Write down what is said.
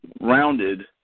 rounded